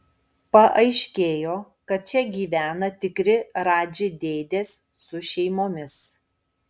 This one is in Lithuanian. paaiškėjo kad čia gyvena tikri radži dėdės su šeimomis